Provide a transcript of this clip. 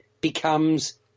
becomes